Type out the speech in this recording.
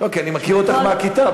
אני מכיר אותך מהכיתה.